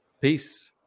Peace